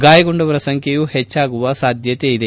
ಗಾಯಗೊಂಡವರ ಸಂಖ್ಲೆಯು ಹೆಚ್ಚಾಗುವ ಸಾಧ್ಯತೆಯಿದೆ